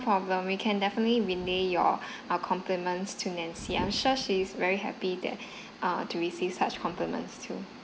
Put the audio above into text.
problem we can definitely relay your err compliments to nancy I'm sure she's very happy that err to receive such compliments to